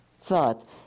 thought